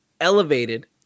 elevated